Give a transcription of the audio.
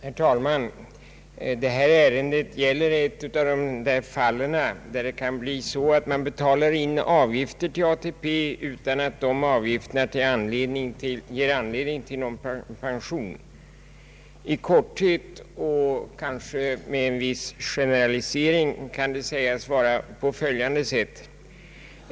Herr talman! Det här ärendet gäller ett av de fall där det kan bli så att man betalar in avgifter till ATP, utan att dessa ger anledning till någon pension. I korthet och med en viss generalisering kan det sägas förhålla sig på följande sätt.